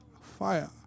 Fire